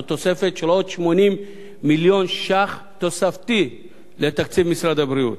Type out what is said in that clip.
זאת תוספת של 80 מיליון ש"ח לתקציב משרד הבריאות.